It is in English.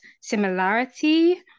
similarity